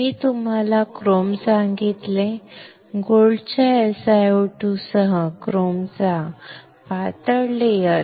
मी तुम्हाला एक क्रोम सांगितले सोन्याच्या SiO2 सह क्रोमचा पातळ थर